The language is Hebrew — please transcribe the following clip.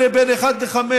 אלה בין 1 ל-5,